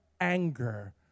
anger